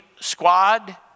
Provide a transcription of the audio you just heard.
squad